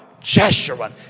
Jeshurun